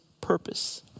purpose